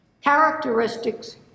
characteristics